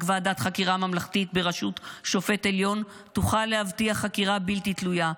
רק ועדת חקירה ממלכתית בראשות שופט עליון תוכל להבטיח חקירה בלתי תלויה,